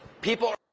people